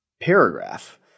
paragraph